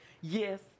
Yes